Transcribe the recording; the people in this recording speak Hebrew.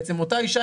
אותה אישה,